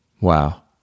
Wow